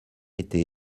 été